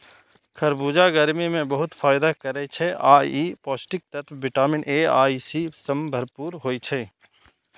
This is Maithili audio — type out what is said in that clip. खरबूजा गर्मी मे बहुत फायदा करै छै आ ई पौष्टिक तत्व विटामिन ए आ सी सं भरपूर होइ छै